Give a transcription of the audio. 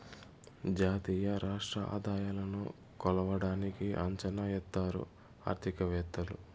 జాతీయ రాష్ట్ర ఆదాయాలను కొలవడానికి అంచనా ఎత్తారు ఆర్థికవేత్తలు